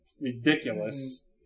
Ridiculous